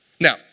Now